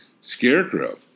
Scarecrow